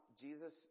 Jesus